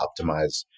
optimize